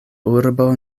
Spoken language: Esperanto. urbo